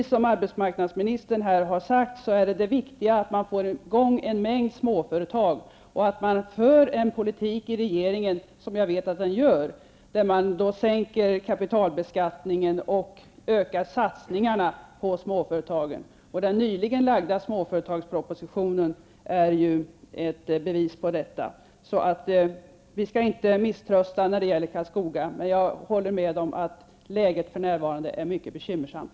Som arbetsmarknadsministern här har sagt är det viktigt att få i gång en mängd småföretag och att regeringen för en politik, något som jag vet att den gör, där man sänker kapitalbeskattningen och ökar satsningarna på småföretagen. Den nyligen framlagda småföretagspropositionen är ett bevis på detta. Vi skall inte misströsta när det gäller Karlskoga. Men jag håller med om att läget för närvarande är mycket bekymmersamt.